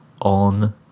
on